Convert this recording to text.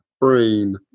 brain